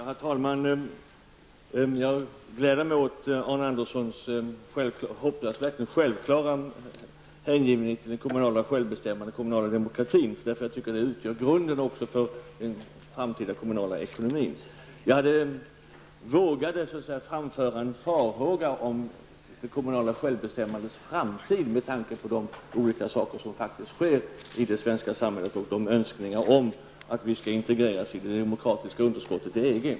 Herr talman! Jag gläder mig åt Arne Anderssons i Gamleby självklara hängivenhet till det kommunala självbestämmandet och den kommunala demokratin. Även jag tycker att detta utgör grunden för den framtida kommunala ekonomin. Jag vågade framföra en farhåga beträffande det kommunala självbestämmandets framtid, med tanke på det som sker i det svenska samhället och de önskningar som framförs om att vi skall integreras i det demokratiska underskottet i EG.